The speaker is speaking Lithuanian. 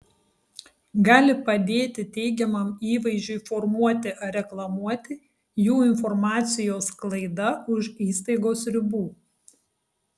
gali padėti teigiamam įvaizdžiui formuoti ar reklamuoti jų informacijos sklaida už įstaigos ribų